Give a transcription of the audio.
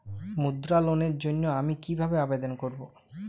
মুদ্রা লোনের জন্য আমি কিভাবে আবেদন করবো?